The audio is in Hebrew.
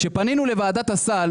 כשפנינו לוועדת הסל